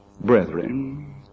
brethren